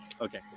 okay